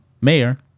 mayor